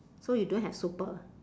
so you don't have super